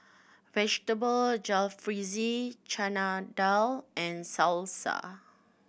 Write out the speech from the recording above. Vegetable Jalfrezi Chana Dal and Salsa